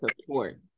support